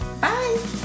Bye